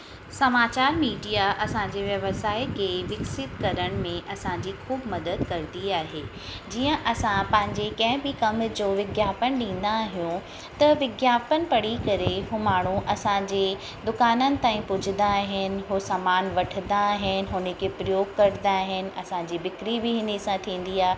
समाचा र मीडिया असांजे व्यवसाय खे विकसित करण में असांजी ख़ूबु मदद कंदी आहे जीअं असां पंहिंजे कंहिं बि कम जो विज्ञापन ॾींदा आहियूं त विज्ञापन पढ़ी करे हू माण्हू असांजे दुकाननि ताईं पुॼंदा आहिनि पोइ सामान वठंदा आहिनि हुन खे प्रयोग कंदा आहिनि असांजी बिक्री बि हिन सां थींदी आहे